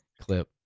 clip